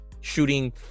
shooting